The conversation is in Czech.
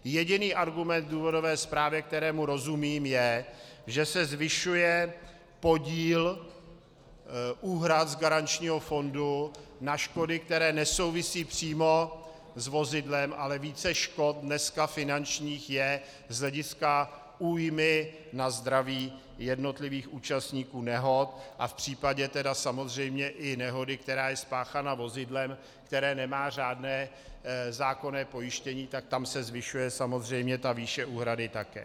Jediný argument v důvodové zprávě, kterému rozumím, je, že se zvyšuje podíl úhrad z garančního fondu na škody, které nesouvisí přímo s vozidlem, ale více finančních škod dneska je z hlediska újmy na zdraví jednotlivých účastníků nehod a v případě tedy samozřejmě i nehody, která je spáchána vozidlem, které nemá žádné zákonné pojištění, tak tam se zvyšuje samozřejmě ta výše úhrady také.